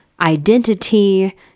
identity